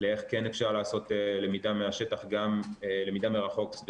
לאיך כן אפשר לעשות למידה מרחוק גם